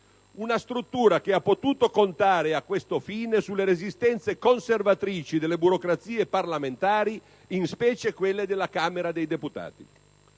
Una struttura che ha potuto contare, a questo fine, sulle resistenze conservatrici delle burocrazie parlamentari, in specie quelle della Camera dei deputati.